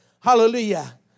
Hallelujah